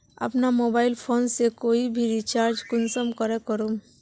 अपना mobile phone से कोई भी रिचार्ज कुंसम करे करूम?